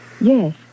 Yes